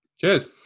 cheers